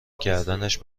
کردنش